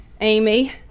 Amy